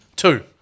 Two